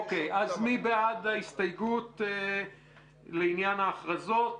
אז מי בעד ההסתייגות לעניין ההכרזות?